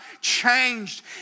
changed